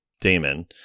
Damon